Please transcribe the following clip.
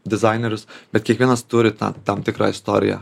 dizainerius bet kiekvienas turi tą tam tikra istorija